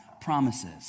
promises